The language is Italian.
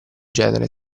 genere